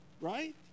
right